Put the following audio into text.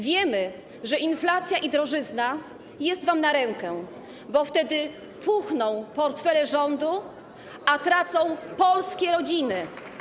Wiemy, że inflacja i drożyzna są wam na rękę, bo wtedy puchną portfele rządu, a tracą polskie rodziny.